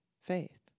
faith